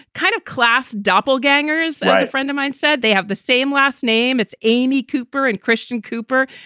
kind of class doppelgangers. a friend of mine said they have the same last name. it's amy cooper and christian cooper.